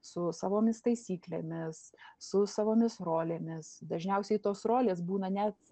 su savomis taisyklėmis su savomis rolėmis dažniausiai tos rolės būna net